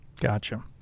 Gotcha